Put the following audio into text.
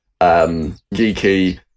geeky